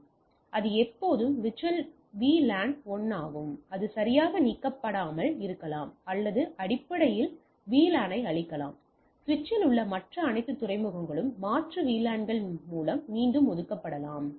மேலாண்மை VLAN எப்போதும் VLAN 1 ஆகும் அது சரியாக நீக்கப்படாமல் இருக்கலாம் அல்லது அடிப்படையில் VLAN ஐ அழிக்கலாம் சுவிட்சில் உள்ள மற்ற அனைத்து துறைமுகங்களும் மாற்று VLAN களில் மீண்டும் ஒதுக்கப்படலாம்